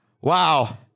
wow